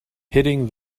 hitting